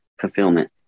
Fulfillment